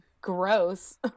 gross